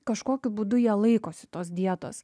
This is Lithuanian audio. kažkokiu būdu jie laikosi tos dietos